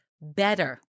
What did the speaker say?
better